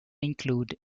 include